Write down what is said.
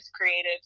creative